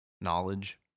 knowledge